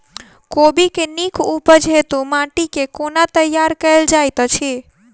कोबी केँ नीक उपज हेतु माटि केँ कोना तैयार कएल जाइत अछि?